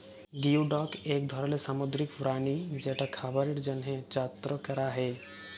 geoduck এক ধরলের সামুদ্রিক প্রাণী যেটা খাবারের জন্হে চাএ ক্যরা হ্যয়ে